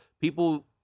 people